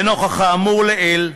לנוכח האמור לעיל,